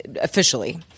officially